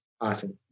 Awesome